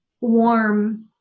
warm